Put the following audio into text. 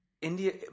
India